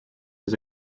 his